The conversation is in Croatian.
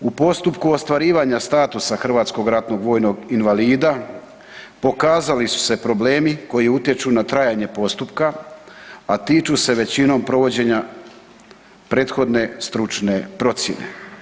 U postupku ostvarivanja statusa hrvatskog ratnog vojnog invalida pokazali su se problemi koji utječu na trajanje postupka a tiču se većinom provođenja prethodne stručne procjene.